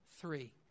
three